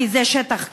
כי זה שטח כבוש,